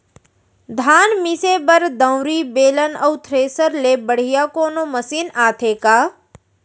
धान मिसे बर दंवरि, बेलन अऊ थ्रेसर ले बढ़िया कोनो मशीन आथे का?